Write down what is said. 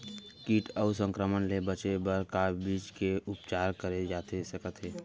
किट अऊ संक्रमण ले बचे बर का बीज के उपचार करे जाथे सकत हे?